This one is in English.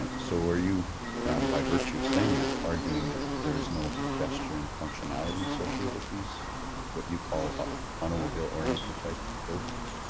and so are you by virtue of saying that arguing that there's no pedestrian functionality associated with what you call ah automobile oriented type billboards?